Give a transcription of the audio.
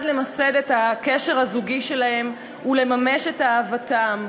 למסד את הקשר הזוגי שלהם ולממש את אהבתם,